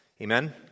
Amen